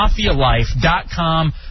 MafiaLife.com